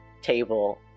table